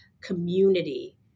community